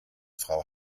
frau